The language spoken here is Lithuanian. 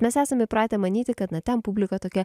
mes esam įpratę manyti kad na ten publika tokia